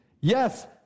Yes